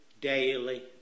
Daily